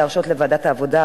להרשות לוועדת העבודה,